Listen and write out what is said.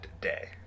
day